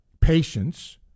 patience